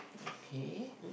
okay